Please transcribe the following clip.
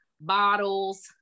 bottles